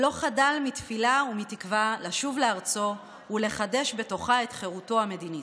ולא חדל מתפילה ומתקווה לשוב לארצו ולחדש בתוכה את חירותו המדינית.